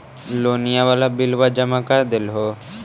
लोनिया वाला बिलवा जामा कर देलहो?